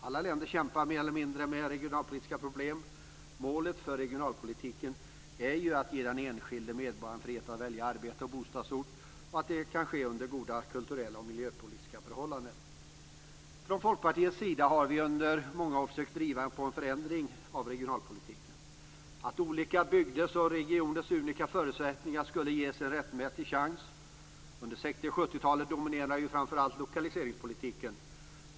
Alla länder kämpar, mer eller mindre, med regionalpolitiska problem. Målet för regionalpolitiken är ju att ge den en enskilde medborgaren frihet att välja arbete och bostadsort och att det kan ske under goda kulturella och miljöpolitiska förhållanden. Från Folkpartiets sida har vi under många år försökt att driva på för en förändring av regionalpolitiken, så att olika bygders och regioners unika förutsättningar ges en rättmätig chans. Under 1960 och 1970-talen dominerade ju framför allt lokaliseringspolitiken.